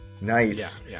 Nice